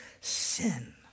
sin